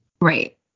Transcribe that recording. Right